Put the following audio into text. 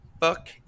fuck